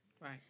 right